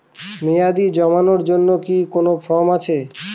মেয়াদী জমানোর জন্য কি কোন ফর্ম আছে?